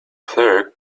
clerk